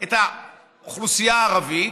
את האוכלוסייה הערבית,